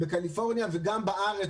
בקליפורניה וגם בארץ.